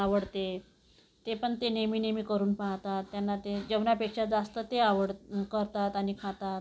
आवडते ते पण ते नेहमी नेहमी करून पाहतात त्यांना ते जेवणापेक्षा जास्त ते आवड करतात आणि खातात